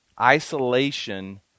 Isolation